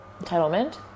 Entitlement